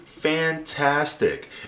fantastic